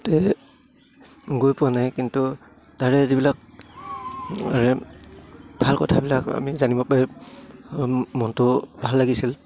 তে গৈ পোৱা নাই কিন্তু তাৰে যিবিলাক ভাল কথাবিলাক আমি জানিব পাৰি মনটো ভাল লাগিছিল